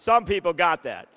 some people got that